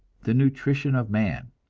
the nutrition of man,